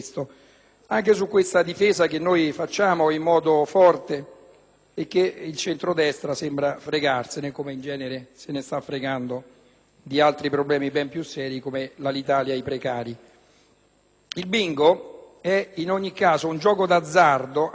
Il bingo è in ogni caso un gioco d'azzardo a tutti gli effetti che, come gli altri giochi d'azzardo suoi cugini